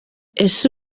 ese